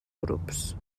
grups